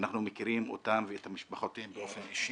ואנחנו מכירים אותם ואת משפחותיהם באופן אישי.